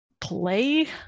play